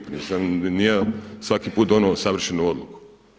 Pa nisam ni ja svaki put donio savršenu odluku.